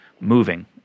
moving